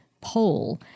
poll